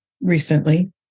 recently